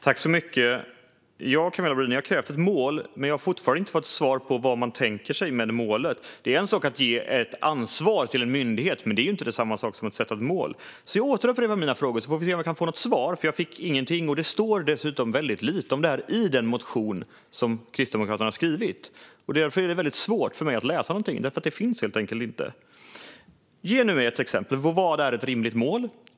Fru talman! Ja, Camilla Brodin, ni har krävt ett mål. Men jag har fortfarande inte fått ett svar på vad man tänker sig med målet. Det är en sak att ge ett ansvar till en myndighet, men det är inte samma sak som att sätta ett mål. Jag upprepar mina frågor. Vi får se om jag kan få något svar, för jag fick inget nu. Det står dessutom väldigt lite om detta i den motion som Kristdemokraterna har skrivit. Det är väldigt svårt för mig att läsa någonting om det, för det finns helt enkelt inte. Ge mig ett exempel på vad som är ett rimligt mål!